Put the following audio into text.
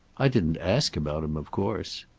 i didn't ask about him, of course.